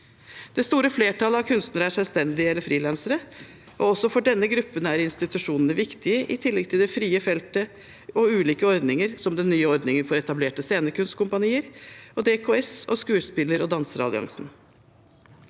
Det store flertallet av kunstnere er selvstendige eller frilansere, og også for denne gruppen er institusjonene viktige, i tillegg til det frie feltet og ulike ordninger, som den nye ordningen for etablerte scenekunstkompanier, DKS og Skuespiller- og danseralliansen.